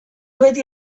beti